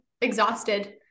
exhausted